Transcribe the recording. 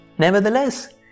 Nevertheless